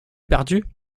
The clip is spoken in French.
perdu